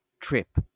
trip